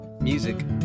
music